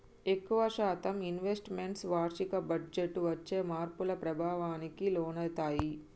ఎక్కువ శాతం investments వార్షిక బడ్జెట్టు వచ్చే మార్పుల ప్రభావానికి లోనయితయ్యి